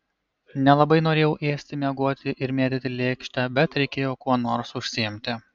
nelabai norėjau ėsti miegoti ir mėtyti lėkštę bet reikėjo kuo nors užsiimti